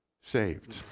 saved